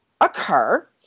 occur